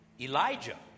Elijah